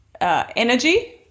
energy